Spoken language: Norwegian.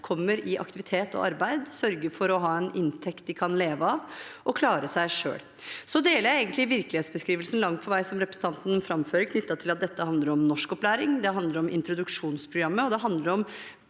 kommer i aktivitet og arbeid, sørger for å ha en inntekt de kan leve av, og klarer seg selv. Så deler jeg egentlig langt på vei virkelighetsbeskrivelsen som representanten framførte, knyttet til at dette handler om norskopplæring, det handler om introduksjonsprogrammet, og det handler om